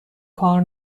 کار